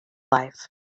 life